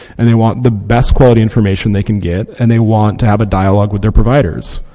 and they want the best quality information they can get. and they want to have a dialogue with their providers.